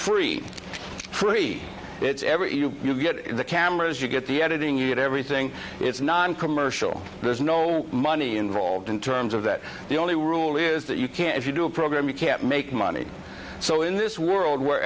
free free it's every you you get the cameras you get the editing you get everything it's noncommercial there's no money involved in terms of that the only rule is that you can if you do a program you can't make money so in this world where